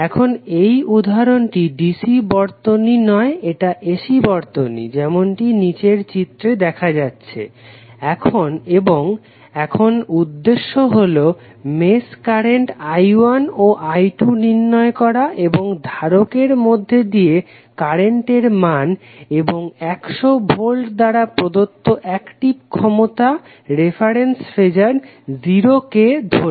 এখন এই উদাহরণটি DC বর্তনী নয় এটা AC বর্তনী যেমনটি নিচের চিত্রে দেখা যাচ্ছে এবং এখন উদ্দেশ্য হলো মেশ কারেন্ট I1 ও I2 নির্ণয় করা এবং ধারকের মধ্যে দিয়ে কারেন্টের মান এবং 100 ভোল্ট দ্বারা প্রদত্ত অ্যাকটিভ ক্ষমতা রেফারেন্স ফেজার 0 কে ধরে